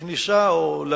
ממה שלמדתי ראיתי,